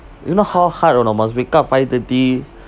you know how hard ah not must wake up five thirty